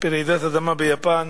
ברעידת אדמה ביפן